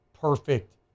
perfect